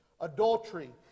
adultery